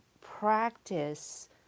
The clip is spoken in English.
practice